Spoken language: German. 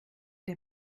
der